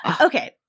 Okay